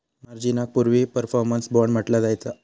मार्जिनाक पूर्वी performance bond म्हटला जायचा